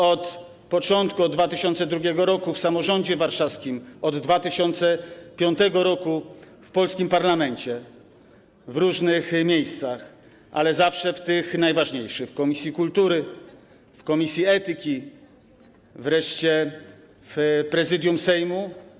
Od 2002 r. w samorządzie warszawskim, od 2005 r. w polskim parlamencie w różnych miejscach, ale zawsze tych najważniejszych: w komisji kultury, komisji etyki, wreszcie w Prezydium Sejmu.